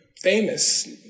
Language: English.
famous